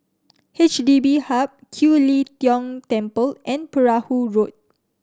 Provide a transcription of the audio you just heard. H D B Hub Kiew Lee Tong Temple and Perahu Road